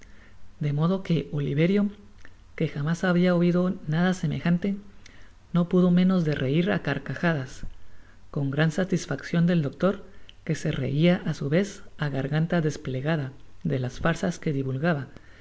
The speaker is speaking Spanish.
de modo que oliverio que jamás habia oido nada semejante no pudo menos de reir á carcajadas con gran satisfaccion del doctor que se reia á su vez á garganta desplegada de las farzas que divulgaba